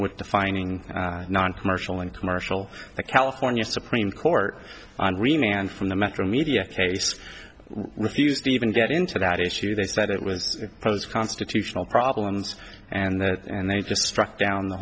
with defining noncommercial in commercial the california supreme court and from the metro media case refused to even get into that issue they said it was posed constitutional problems and that and they just struck down the